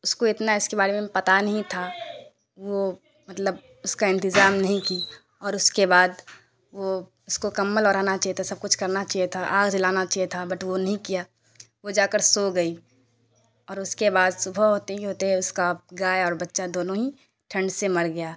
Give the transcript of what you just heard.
اس کو اتنا اس کے بارے میں پتہ نہیں تھا وہ مطلب اس کا انتظام نہیں کی اور اس کے بعد وہ اس کو کمبل اوڑھانا چاہیے تھا سب کچھ کرنا چاہیے تھا آگ جلانا چاہیے تھا بٹ وہ نہیں کیا وہ جا کر سو گئی اور اس کے بعد صبح ہوتے ہی ہوتے اس کا گائے اور بچہ دونوں ہی ٹھنڈ سے مر گیا